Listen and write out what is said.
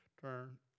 Turn